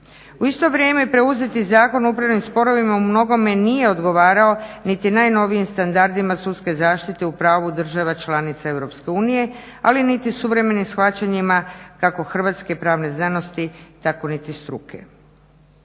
U isto vrijeme preuzeti Zakon o upravnim sporovima u mnogome nije odgovarao niti najnovijim standardima sudske zaštite u pravu država članica Europske unije, ali niti suvremenim shvaćanjima kako hrvatske pravne znanosti tako niti struke.